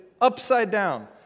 upside-down